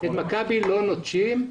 את מכבי לא נוטשים.